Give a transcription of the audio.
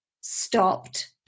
stopped